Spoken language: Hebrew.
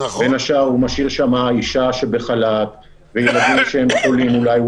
בין השאר הוא משאיר שם אישה בחל"ת וילדים שהם חולים אולי,